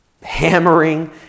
hammering